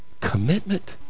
commitment